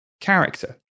character